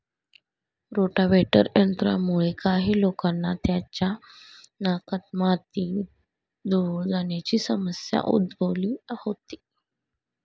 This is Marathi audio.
रोटाव्हेटर यंत्रामुळे काही लोकांना त्यांच्या नाकात माती, धूळ जाण्याची समस्या उद्भवली होती